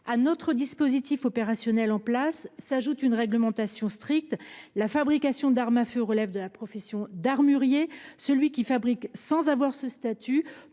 À notre dispositif opérationnel en place s’ajoute une réglementation stricte. La fabrication d’armes à feu relève de la profession d’armurier. Celui qui fabrique sans avoir ce statut